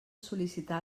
sol·licitar